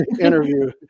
interview